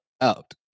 out